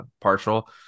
partial